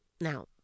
Now